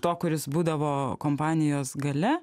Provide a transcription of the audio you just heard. to kuris būdavo kompanijos gale